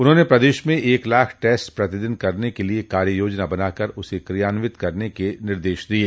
उन्होंने प्रदेश में एक लाख टेस्ट प्रतिदिन करने के लिये कार्य योजना बनाकर उसे क्रियान्वित करने के निर्देश दिये